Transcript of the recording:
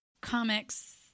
comics